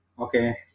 Okay